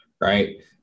right